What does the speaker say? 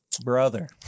Brother